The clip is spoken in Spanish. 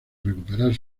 recuperar